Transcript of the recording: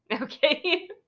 Okay